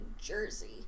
Jersey